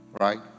Right